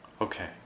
Okay